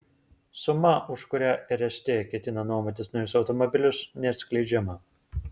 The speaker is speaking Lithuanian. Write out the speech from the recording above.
suma už kurią rst ketina nuomotis naujus automobilius neatskleidžiama